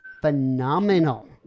phenomenal